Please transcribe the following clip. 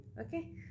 okay